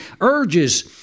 urges